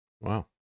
Wow